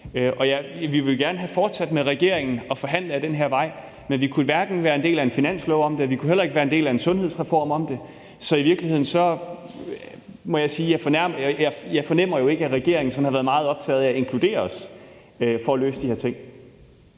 Vi ville gerne have fortsat med at forhandle med regeringen ad den her vej, men vi kunne ikke være en del af en finanslov i forhold til det, og vi kunne heller ikke være en del af en sundhedsreform i forhold til det. Så i virkeligheden må jeg sige, at jeg jo ikke fornemmer, at regeringen sådan har været meget optaget af at inkludere os for at løse de her ting.